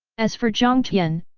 as for jiang tian,